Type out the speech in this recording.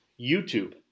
YouTube